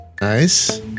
Nice